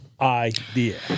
idea